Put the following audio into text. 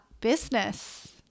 business